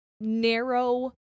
narrow